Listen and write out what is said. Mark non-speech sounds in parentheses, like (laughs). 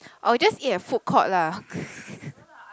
oh just eat at food court lah (laughs)